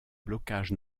blocage